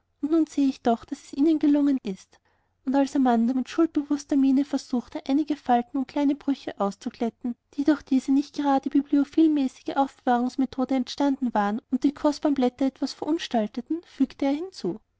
nun seh ich doch daß es ihnen gelungen ist und als amanda mit schuldbewußter miene versuchte einige falten und kleine brüche auszuglätten die durch diese nicht gerade bibliophilmäßige aufbewahrungsmethode entstanden waren und die kostbaren blätter etwas verunstalteten fügte er hinzu